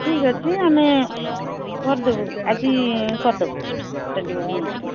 ଠିକ୍ ଅଛି ଆମେ କରିଦେବୁ ଆଜି କରିଦେବୁ ଡେଲିଭରି ନେଇକିରି